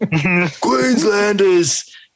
Queenslanders